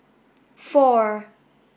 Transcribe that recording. four